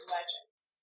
Legends